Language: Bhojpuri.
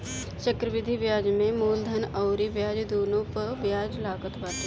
चक्रवृद्धि बियाज में मूलधन अउरी ब्याज दूनो पअ बियाज लागत बाटे